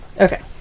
Okay